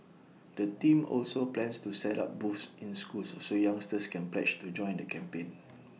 the team also plans to set up booths in schools so youngsters can pledge to join the campaign